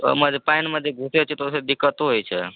पानिमे जे घूसैत छै तऽ ओहिसँ दिक्कतो होइत छै